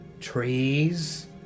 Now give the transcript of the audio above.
trees